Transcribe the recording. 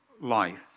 life